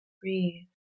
Breathe